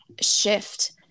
shift